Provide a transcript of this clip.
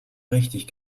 richtig